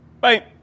Bye